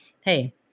hey